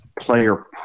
player